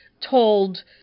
told